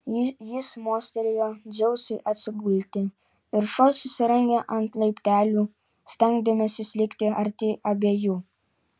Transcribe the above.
jis mostelėjo dzeusui atsigulti ir šuo susirangė ant laiptelių stengdamasis likti arti abiejų